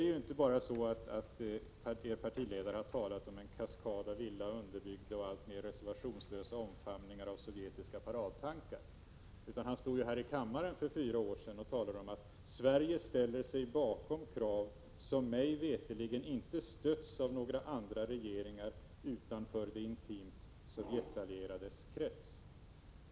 Det är inte bara så att den moderate partiledaren har talat om en kaskad av illa underbyggda och alltmer reservationslösa omfamningar av sovjetiska paradtankar, utan han stod här i kammaren för fyra år sedan och talade om att ”Sverige ställer sig bakom krav som mig veterligen inte stöds av några regeringar utanför de intimt sovjetallierades krets”.